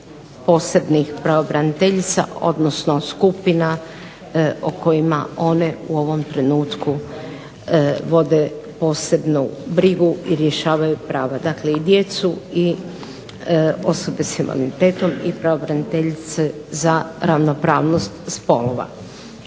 posebnih pravobraniteljica, odnosno skupina o kojima one u ovom trenutku vode posebnu brigu i rješavaju prava. Dakle, i djecu i osobe s invaliditetom i pravobraniteljicu za ravnopravnost spolova.